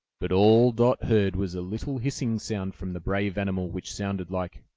but all dot heard was a little hissing sound from the brave animal, which sounded like,